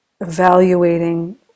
evaluating